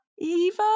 Eva